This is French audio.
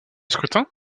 scrutin